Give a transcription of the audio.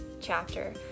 chapter